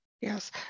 Yes